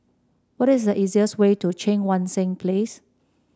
what is the easiest way to Cheang Wan Seng Place